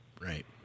right